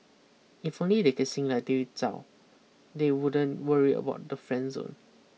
if only they can sing like David Tao they wouldn't worry about the friend zone